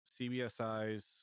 CBSI's